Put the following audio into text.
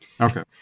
Okay